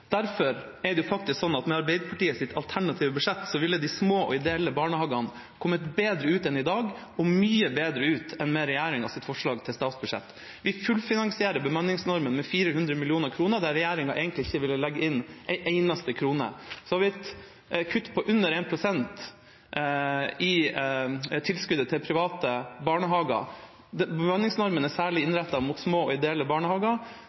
Derfor er det sånn at med Arbeiderpartiets alternative budsjett ville de små og ideelle barnehagene kommet bedre ut enn i dag, og mye bedre ut enn med regjeringas forslag til statsbudsjett. Vi fullfinansierer bemanningsnormen med 400 mill. kr, der regjeringa egentlig ikke ville legge inn en eneste krone. Så har vi et kutt på under 1 pst. i tilskuddet til private barnehager. Bemanningsnormen er særlig innrettet mot små og ideelle barnehager,